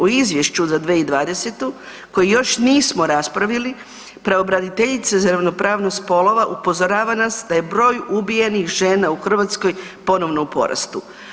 U izvješću za 2020. koji još nismo raspravili pravobraniteljica za ravnopravnost spolova upozorava nas da je broj ubijenih žena u Hrvatskoj ponovno u porastu.